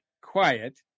quiet